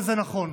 וזה נכון,